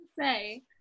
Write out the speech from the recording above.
say